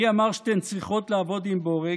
מי אמר שאתן צריכות לעבוד עם בורג?